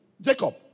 Jacob